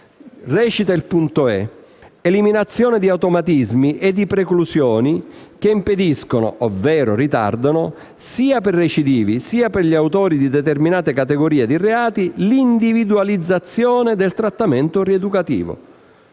Recita il punto *e)*: «eliminazione di automatismi e di preclusioni che impediscono ovvero ritardano, sia per i recidivi sia per gli autori di determinate categorie di reati, l'individualizzazione del trattamento rieducativo